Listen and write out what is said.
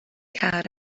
car